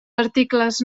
articles